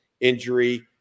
injury